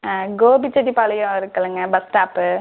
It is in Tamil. கோபிச்செட்டிபாளையம் இருக்கில்லங்க பஸ் ஸ்டாப்பு